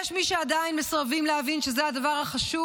יש מי שעדיין מסרבים להבין שזה הדבר החשוב